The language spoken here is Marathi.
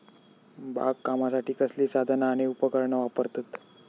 बागकामासाठी कसली साधना आणि उपकरणा वापरतत?